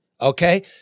Okay